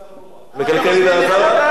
לא, קשה לקלקל לי את המצב-רוח.